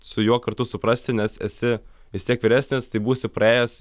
su juo kartu suprasti nes esi vis tiek vyresnis tai būsi praėjęs